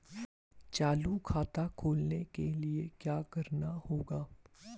चालू खाता खोलने के लिए क्या करना होगा?